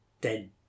dead